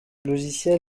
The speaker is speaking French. logiciel